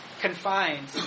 confined